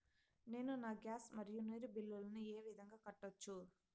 నేను నా గ్యాస్, మరియు నీరు బిల్లులను ఏ విధంగా కట్టొచ్చు?